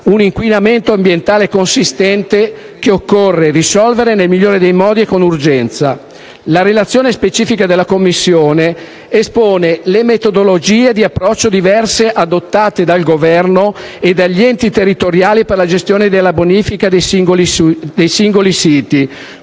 un inquinamento ambientale consistente che occorre risolvere nel migliore dei modi e con urgenza. La relazione specifica della Commissione espone le diverse metodologie di approccio adottate dal Governo e dagli enti territoriali per la gestione della bonifica dei singoli siti,